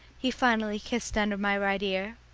he finally kissed under my right ear.